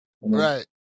Right